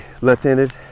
left-handed